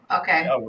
Okay